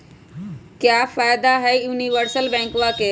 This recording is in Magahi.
क्का फायदा हई यूनिवर्सल बैंकवा के?